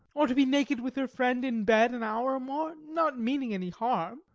or to be naked with her friend in bed an hour or more, not meaning any harm?